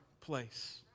place